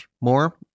more